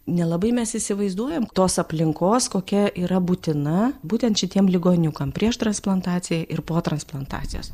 nelabai mes įsivaizduojam tos aplinkos kokia yra būtina būtent šitiem ligoniukam prieš transplantaciją ir po transplantacijos